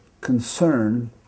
concern